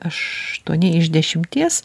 aštuoni iš dešimties